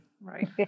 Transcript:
right